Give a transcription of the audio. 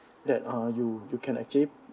that uh you you can achieve